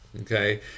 okay